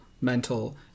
mental